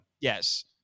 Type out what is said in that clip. Yes